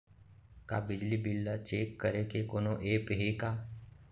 का बिजली बिल ल चेक करे के कोनो ऐप्प हे का?